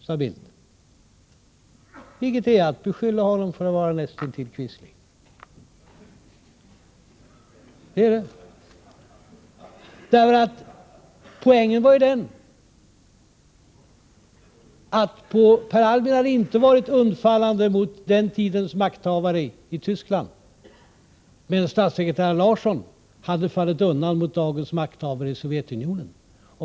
Detta är att näst intill skylla honom för quisling. Poängen var ju den, att Per Albin inte hade varit undfallande mot den tidens makthavare i Tyskland, men att statssekreterare Larsson skulle ha fallit undan mot dagens makthavare i Sovjetunionen.